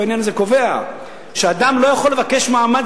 בעניין הזה קובע שאדם לא יכול לבקש מעמד